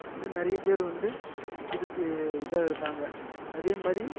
வந்து நிறைய பேர் வந்து இதுக்கு இதாக இருந்தாங்க அதே மாதிரி